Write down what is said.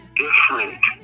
different